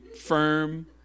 firm